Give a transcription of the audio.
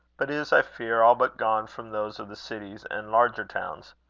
but is, i fear, all but gone from those of the cities and larger towns.